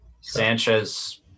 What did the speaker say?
Sanchez